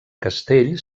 castell